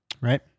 Right